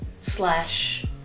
slash